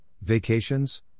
vacations